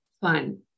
fun